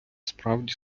справді